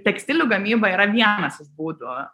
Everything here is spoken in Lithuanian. tekstilių gamyba yra vienas iš būdų